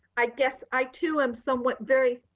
i guess i too am somewhat very,